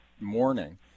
morning